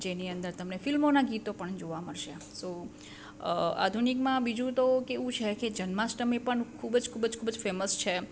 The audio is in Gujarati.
જેની અંદર તમને ફિલ્મોના ગીતો પણ જોવા મળશે સો આધુનિકમાં બીજું તો કેવું છે કે જન્માષ્ટમી પણ ખૂબ જ ખૂબ જ ખૂબ જ ફેમસ છે એમ